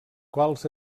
quals